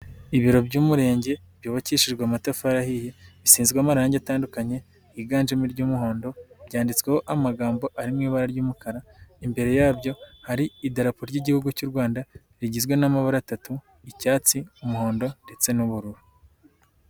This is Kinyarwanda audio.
Ibiro by'umurenge byubakishijwe amatafarihiye, bisizwe amarangi atandukanye yiganjemo iry'umuhondo, byanditsweho amagambo ari mu ibara ry'umukara, imbere yabyo hari idarapo ry'igihugu cy'u rwanda rigizwe n'amabara atatu, icyatsi, umuhondo, ndetse n'ubururu.